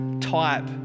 type